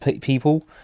people